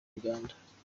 uganda